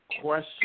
Question